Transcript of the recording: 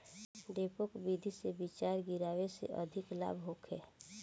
डेपोक विधि से बिचरा गिरावे से अधिक लाभ होखे?